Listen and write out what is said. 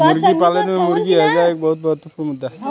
मुर्गी पालन में मुर्गी हैजा एक बहुत महत्वपूर्ण मुद्दा है